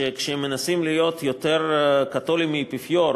שכשהם מנסים להיות יותר קתולים מהאפיפיור,